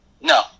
No